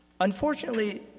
Unfortunately